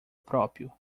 próprio